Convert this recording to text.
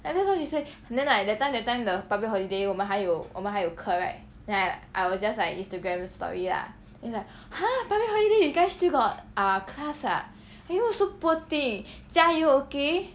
and then so she say then like that time that time the public holiday 我们还有我们还有课 right then I like I was just like instagram story lah then she's like !huh! public holiday you guys still got ah class ah !aiyo! so poor thing 加油 okay